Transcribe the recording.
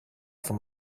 from